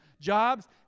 Jobs